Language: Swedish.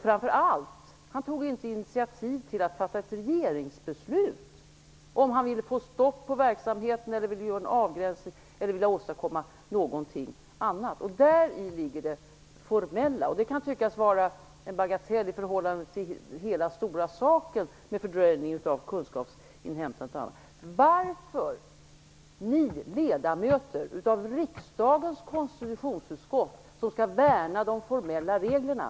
Framför allt tog han inte initiativ till att fatta ett regeringsbeslut om att han ville få stopp på verksamheten, göra en avgränsning eller åstadkomma någonting annat. Däri ligger det formella. Detta kan tyckas vara en bagatell i förhållande till den stora frågan om fördröjningen av kunskapsinhämtandet och annat. Ni är ledamöter av riksdagens konstitutionsutskott som skall värna de formella reglerna.